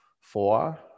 Four